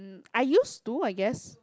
um I used to I guess